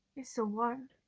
it's so warm.